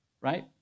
right